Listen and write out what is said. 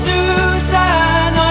Susan